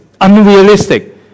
unrealistic